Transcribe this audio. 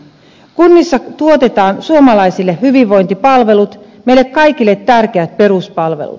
kunnissa tuotetaan suomalaisille hyvinvointipalvelut meille kaikille tärkeät peruspalvelut